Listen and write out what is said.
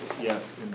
Yes